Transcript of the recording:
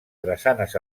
drassanes